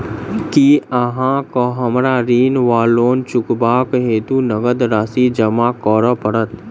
की अहाँ केँ हमरा ऋण वा लोन चुकेबाक हेतु नगद राशि जमा करऽ पड़त?